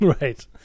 Right